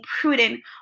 prudent